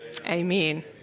Amen